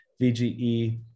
VGE